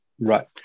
right